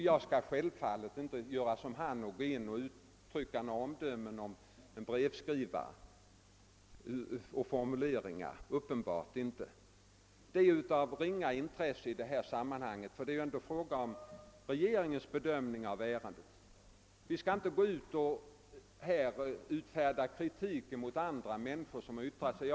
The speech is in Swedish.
Jag skall självfallet inte göra som han och uttala några omdömen om en brevskrivare och dennes formuleringar. Det är av ringa intresse i detta sammanhang, ty det är ändå fråga om regeringens bedömning av ärendet. Vi skall inte här utöva kritik mot andra människor som har yttrat sig.